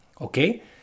Okay